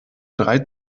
drei